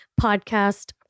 podcast